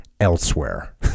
elsewhere